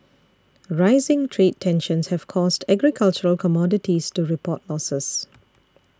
rising trade tensions have caused agricultural commodities to report losses